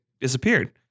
disappeared